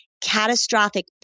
Catastrophic